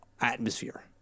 atmosphere